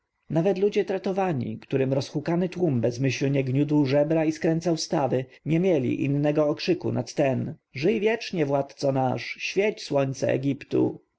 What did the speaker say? nawet ludzie tratowani którym rozhukany tłum bezmyślnie gniótł żebra i skręcał stawy nie mieli innego okrzyku nad ten żyj wiecznie władco nasz świeć słońce egiptu